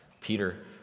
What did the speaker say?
Peter